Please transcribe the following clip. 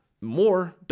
more